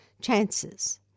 chances